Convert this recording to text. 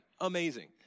Amazing